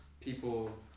people